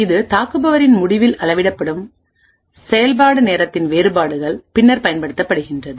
இது தாக்குபவரின் முடிவில் அளவிடப்படும்செயல்படும் நேரத்தின் வேறுபாடுகள் பின்னர் பயன்படுத்தப்படுகிறது